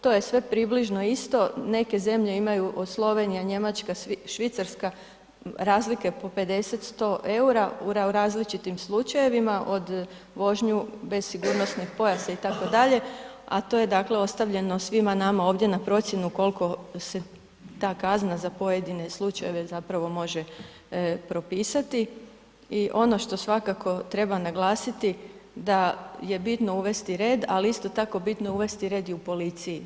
To je sve približno isto, neke zemlje imaju od Slovenije, Njemačke, Švicarska, razlika po 50, 100 eura u različitim slučajevima, od vožnje bez sigurnosnog pojasa, itd., a to je dakle, ostavljeno svima nama ovdje na procjenu koliko se ta kazna za pojedine slučajeve zapravo može propisati i ono što svakako treba naglasiti da je bitno uvesti red, ali isto tako bitno je uvesti red i u policiji.